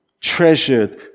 treasured